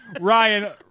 Ryan